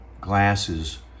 glasses